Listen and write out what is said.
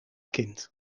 kind